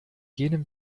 jenem